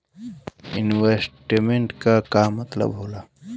Investment क का मतलब हो ला?